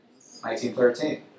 1913